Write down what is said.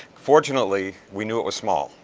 fortunately, we knew it was small.